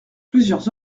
plusieurs